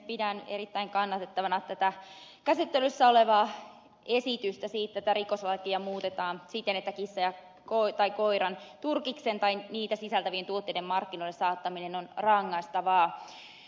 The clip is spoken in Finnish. pidän erittäin kannatettavana tätä käsittelyssä olevaa esitystä siitä että rikoslakia muutetaan siten että kissan ja koiran turkisten tai niitä sisältävien tuotteiden markkinoille saattaminen on rangaistavaa